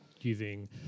using –